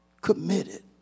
committed